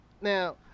Now